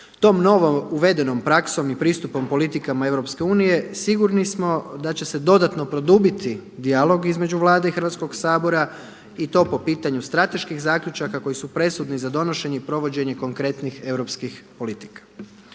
Tom novom uvedenom praksom i pristupom politikama EU, sigurni smo da će se dodatno produbiti dijalog između Vlade i Hrvatskog sabora i to po pitanju strateških zaključaka koji su presudni za donošenje i provođenje konkretnih europskih politika.